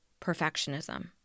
perfectionism